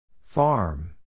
farm